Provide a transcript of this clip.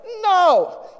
No